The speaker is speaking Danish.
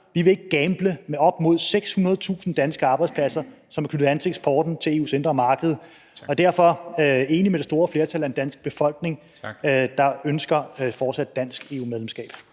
Vi vil ikke gamble med op mod 600.000 danske arbejdspladser, som er knyttet an til eksporten til EU's indre marked. Derfor er jeg enig med det store flertal af den danske befolkning, der ønsker fortsat dansk EU-medlemskab.